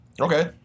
Okay